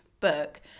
book